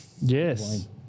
Yes